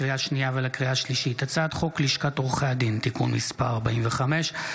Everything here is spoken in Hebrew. לקריאה שנייה ולקריאה שלישית: הצעת חוק לשכת עורכי הדין (תיקון מס' 45),